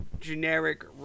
generic